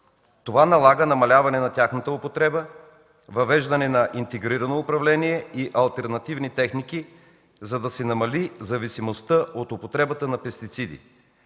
Това налага намаляване на тяхната употреба, въвеждане на интегрирано управление и алтернативни техники, за да се намали зависимостта от употребата на пестициди.